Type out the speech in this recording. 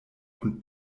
und